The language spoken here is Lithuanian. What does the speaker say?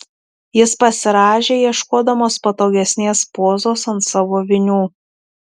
jis pasirąžė ieškodamas patogesnės pozos ant savo vinių